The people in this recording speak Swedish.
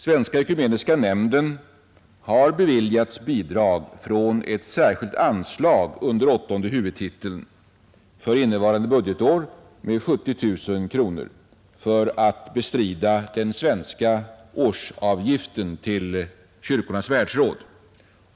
Svenska ekumeniska nämnden har beviljats bidrag från ett särskilt anslag under åttonde huvudtiteln för innevarande budgetår med 70 000 kronor för att bestrida den svenska årsavgiften till Kyrkornas världsråd.